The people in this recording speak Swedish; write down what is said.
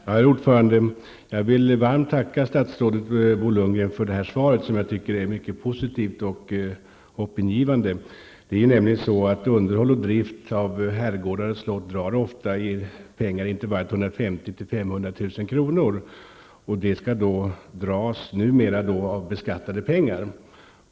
Herr talman! Jag vill varmt tacka statsrådet Bo Lundgren för svaret, som jag tycker är mycket positivt och hoppingivande. Underhåll och drift av herrgårdar och slott kostar ofta pengar, inte bara 150 -- 500 000 kr., en kostnad som numera skall betalas med beskattade pengar.